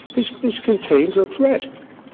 this this contains a threat.